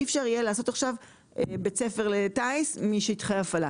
אי אפשר יהיה לעשות עכשיו בית ספר לטיס משטחי הפעלה.